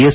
S